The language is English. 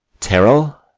tyrell,